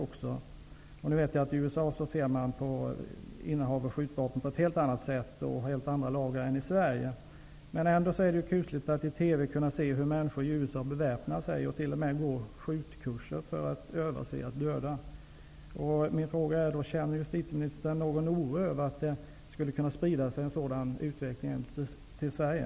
Jag vet att man i USA ser på ett helt annat sätt på innehav av skjutvapen och att där finns helt andra lagar än i Sverige. Ändå är det kusligt att i TV kunna se hur människor i USA beväpnar sig och t.o.m. går skjutkurser och övar sig i att döda. Känner justitieministern någon oro över att det kan spridas en sådan utveckling till Sverige?